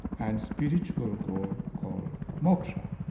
and spiritual goals called moksha.